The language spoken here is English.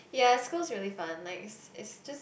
ya school is really fun nice it's just